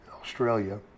Australia